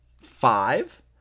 five